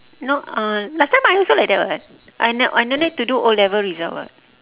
no uh last time I'm also like that [what] I n~ I no need to do O-level result [what]